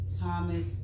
Thomas